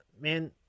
man